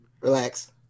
Relax